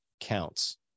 counts